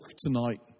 tonight